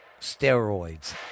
steroids